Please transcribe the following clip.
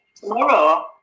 Tomorrow